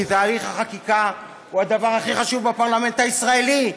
כי תהליך החקיקה הוא הדבר הכי חשוב בפרלמנט הישראלי,